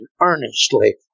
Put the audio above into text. earnestly